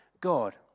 God